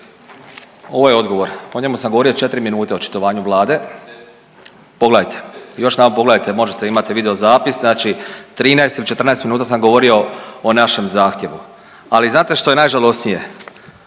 ovo je odgovor, o njemu sam govorio 4 minute o očitovanje Vlade. … /Upadica se ne razumije./… Pogledajte, još jedanput pogledajte možete imati video zapis. Znači 13 ili 14 minuta sam govorio o našem zahtjevu. Ali znate što je najžalosnije?